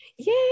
Yay